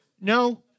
No